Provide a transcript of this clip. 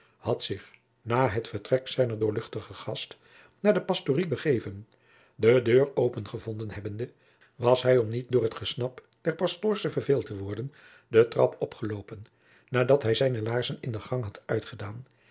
had zich na het vertrek zijner doorluchte gast naar de pastory begeven de deur open gevonden hebbende was hij om niet door het gesnap der pastoorsche verveeld te worden den trap opgelopen nadat hij zijne laarzen in den gang had uitgedaan